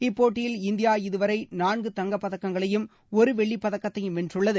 இப்போட்டியில் இந்தியா இதுவரை நான்கு தங்கப் பதக்கங்களையும் ஒரு வெள்ளிப் பதக்கத்தையும் வென்றுள்ளது